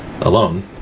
alone